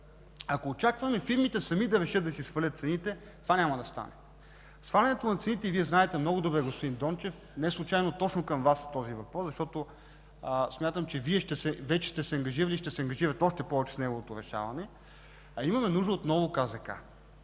Ако очакваме фирмите сами да решат да си свалят цените, това няма да стане. Вие знаете много добре, господин Дончев, и не случайно точно към Вас е адресиран този въпрос, защото смятам, че Вие вече сте се ангажирали и ще се ангажирате още повече с неговото решаване – имаме нужда от нова КЗК,